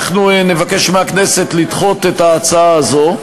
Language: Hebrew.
נבקש מהכנסת לדחות את ההצעה הזאת.